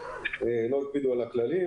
או שהקפידו על הכללים